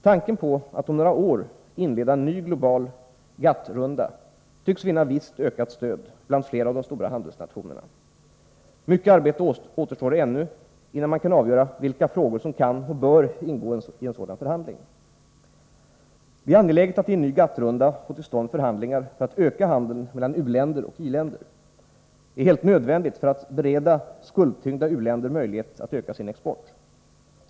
Tanken på att om några år inleda en ny global GATT-runda tycks vinna visst ökat stöd bland flera av de stora handelsnationerna. Mycket arbete återstår ännu, innan man kan avgöra vilka frågor som kan och bör ingå i en sådan förhandling. Det är angeläget att i en ny GATT-runda få till stånd förhandlingar för att öka handeln mellan u-länder och i-länder. Detta är helt nödvändigt för att bereda skuldtyngda u-länder möjlighet att öka sin export.